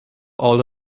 all